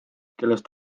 kellest